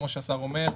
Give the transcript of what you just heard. כמו שהשר אומר,